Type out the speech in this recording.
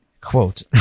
Quote